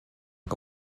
que